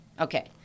Okay